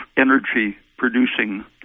energy-producing